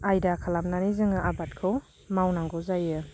आयदा खालामनानै जोङो आबादखौ मावनांगौ जायो